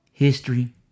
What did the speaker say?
history